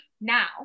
now